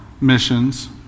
missions